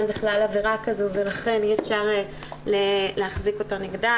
בכלל עבירה כזו ולכן אי אפשר להחזיק אותה נגדה,